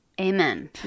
Amen